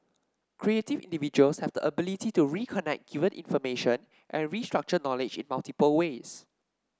creative individuals have the ability to reconnect given information and restructure knowledge in multiple ways